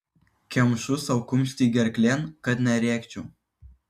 kemšu sau kumštį gerklėn kad nerėkčiau